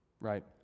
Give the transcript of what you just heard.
right